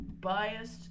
biased